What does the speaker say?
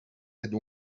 and